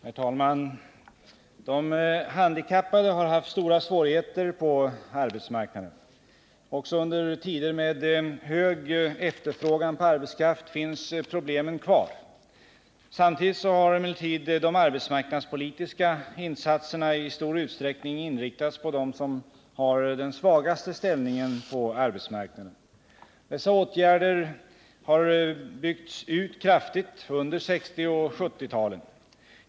Herr talman! De handikappade har haft stora svårigheter på arbetsmarknaden. Också under tider med hög efterfrågan på arbetskraft finns problemen kvar. Samtidigt har emellertid de arbetsmarknadspolitiska insatserna i stor utsträckning inriktats på dem som har den svagaste ställningen på arbetsmarknaden. Dessa åtgärder har byggts ut kraftigt under 1960 och 1970-talen.